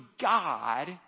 god